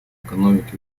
экономике